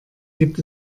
gibt